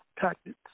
tactics